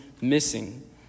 missing